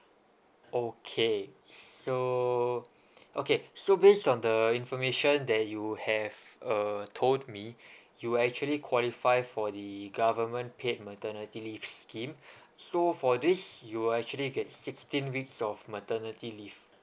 okay so okay so based on the information that you have uh told me you actually qualify for the government paid maternity leave scheme so for this you will actually get sixteen weeks of maternity leave